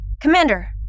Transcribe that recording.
Commander